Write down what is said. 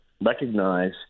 recognize